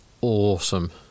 awesome